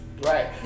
Right